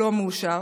לא מאושר,